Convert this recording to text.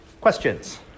Questions